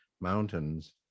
mountains